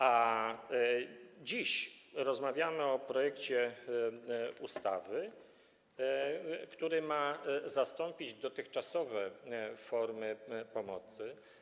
A dziś rozmawiamy o projekcie ustawy, która ma zastąpić dotychczasowe formy pomocy.